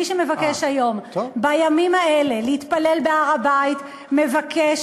מי שמבקש בימים האלה להתפלל בהר-הבית מבקש